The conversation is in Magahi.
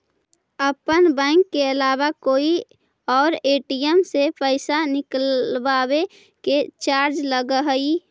अपन बैंक के अलावा कोई और ए.टी.एम से पइसा निकलवावे के चार्ज लगऽ हइ